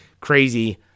Crazy